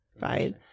Right